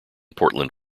portland